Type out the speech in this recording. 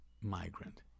migrant